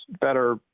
better